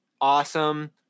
awesome